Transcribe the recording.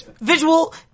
Visual